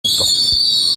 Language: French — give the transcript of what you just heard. longtemps